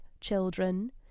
children